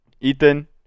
Ethan